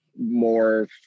more